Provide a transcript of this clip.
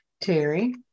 Terry